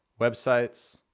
websites